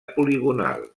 poligonal